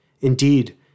Indeed